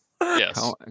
Yes